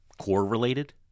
core-related